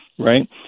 right